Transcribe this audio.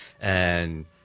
and-